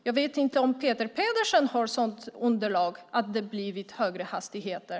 Jag vet inte om Peter Pedersen har ett underlag som visar att det har blivit högre hastigheter.